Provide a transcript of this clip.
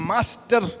Master